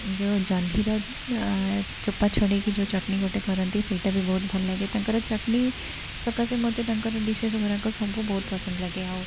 ଯେଉଁ ଜହ୍ନିର ଚୋପା ଛଡ଼ାଇକି ଯେଉଁ ଚଟନୀ ଗୋଟେ କରନ୍ତି ସେଇଟା ବି ଗୋଟେ ଭଲ ଲାଗେ ତାଙ୍କ ଚଟନୀ ସକାଶେ ମୋତେ ତାଙ୍କର ଡିସ୍ ଗୁଡ଼ାକ ସବୁ ବହୁତ ପସନ୍ଦ ଲାଗେ